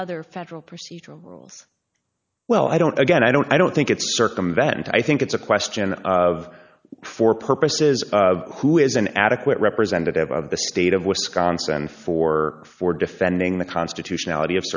other federal procedural rules well i don't again i don't i don't think it's circumvent i think it's a question of for purposes of who is an adequate representative of the state of wisconsin for for defending the constitutionality of